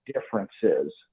differences